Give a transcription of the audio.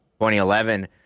2011